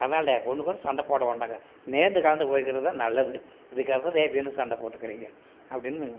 அதனால் ஒண்ணுக்கொன்று சண்டை போட வேண்டாம்ங்க நேந்து கலந்து போய்க்கிறது தான் நல்லது இதுக்காக ஏன் வீணாக சண்டை போட்டுக்குறீங்க அப்படின்னு